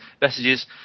messages